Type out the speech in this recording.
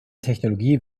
technologie